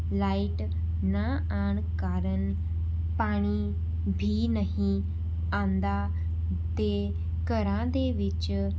light ਨਾ ਆਉਣ ਕਾਰਨ ਪਾਣੀ ਵੀ ਨਹੀਂ ਆਉਂਦਾ ਅਤੇ ਘਰਾਂ ਦੇ ਵਿੱਚ